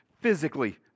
physically